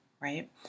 right